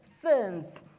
ferns